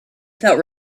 felt